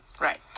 Right